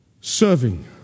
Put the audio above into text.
serving